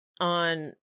on